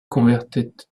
converted